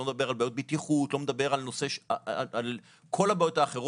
ואני לא מדבר על בעיות בטיחות ואני לא מדבר על כל הבעיות האחרות,